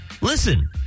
Listen